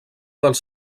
dels